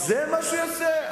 זה מה שהוא עושה?